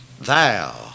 Thou